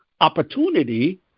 opportunity